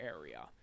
area